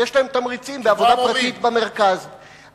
יש להם תמריצים בעבודה פרטית במרכז.